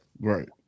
right